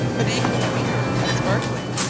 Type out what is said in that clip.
but equally pure and sparkling.